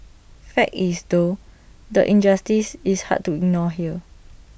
fact is though the injustice is hard to ignore here